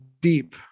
deep